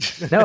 No